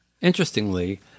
interestingly